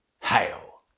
Hail